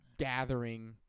gathering